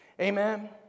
Amen